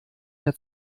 mehr